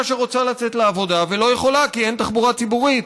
שרוצה לצאת לעבודה לא יכולה כי אין תחבורה ציבורית,